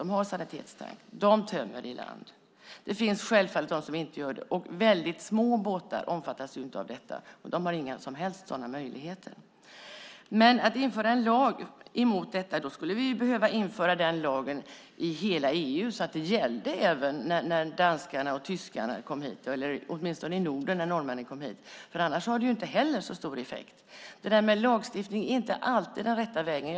De har sanitetstank och tömmer i land. Självfallet finns också de som inte gör det, och mycket små båtar omfattas inte av detta. De har inga som helst möjligheter till det. Men om vi införde en lag mot detta skulle den i så fall behöva införas i hela EU så att den gällde även när danskarna och tyskarna kommer hit, eller åtminstone i Norden när norrmännen kommer hit. Annars har den inte särskilt stor effekt. Lagstiftning är inte alltid den rätta vägen att gå.